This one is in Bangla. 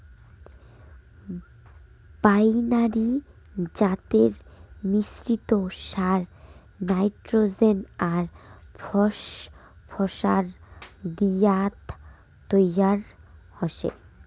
বাইনারি জাতের মিশ্রিত সার নাইট্রোজেন আর ফসফরাস দিয়াত তৈরি হসে